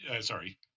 sorry